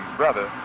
brother